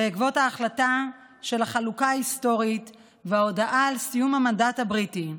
בעקבות ההחלטה של החלוקה ההיסטורית וההודעה על סיום המנדט הבריטי.